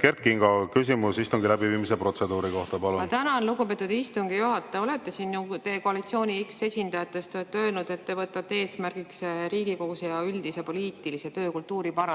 Kert Kingo, küsimus istungi läbiviimise protseduuri kohta. Palun! Tänan, lugupeetud istungi juhataja! Te olete üks koalitsiooni esindajatest, olete öelnud, et te võtate eesmärgiks Riigikogu ja üldise poliitilise töökultuuri parandamise.